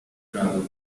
travel